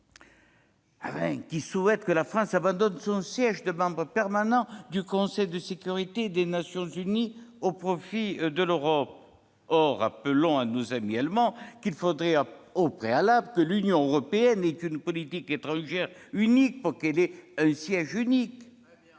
l'a rappelé -que la France abandonne son siège de membre permanent au Conseil de sécurité des Nations unies au profit de l'Europe. Or rappelons à nos amis Allemands qu'il faudrait au préalable que l'Union européenne ait une politique étrangère unique pour qu'elle ait un siège unique.